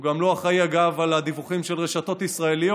הוא גם לא אחראי על הדיווחים של רשתות ישראליות.